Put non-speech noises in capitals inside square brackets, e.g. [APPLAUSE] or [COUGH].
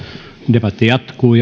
debatti jatkuu [UNINTELLIGIBLE]